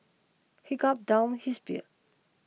he gulpe down his beer